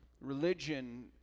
Religion